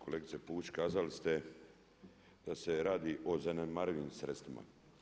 Kolegice Pusić, kazali ste da se radi o zanemarivim sredstvima.